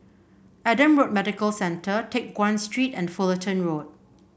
Adam Road Medical Centre Teck Guan Street and Fullerton Road